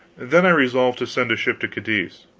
then i resolved to send a ship to cadiz.